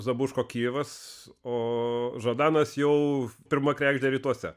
zabuško kijevas o žadanas jau pirma kregždė rytuose